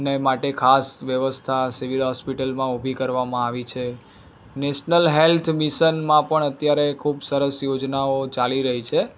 ને માટે ખાસ વ્યવસ્થા સિવિલ હોસ્પિટલમાં ઊભી કરવામાં આવી છે નેશનલ હેલ્થ મિશનમાં પણ અત્યારે ખૂબ સરસ યોજનાઓ ચાલી રહી છે